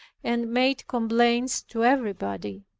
and made complaints to everybody.